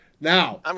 Now